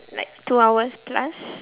like two hours plus